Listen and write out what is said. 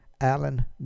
Alan